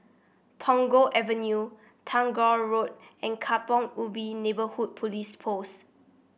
Punggol Avenue Tagore Road and Kampong Ubi Neighbourhood Police Post